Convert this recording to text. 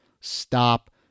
Stop